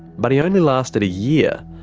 but he only lasted a year.